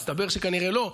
הסתבר שכנראה לא,